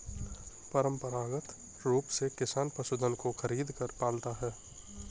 परंपरागत रूप से किसान पशुधन को खरीदकर पालता है